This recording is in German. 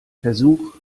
versuche